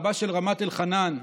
רבה של רמת אלחנן.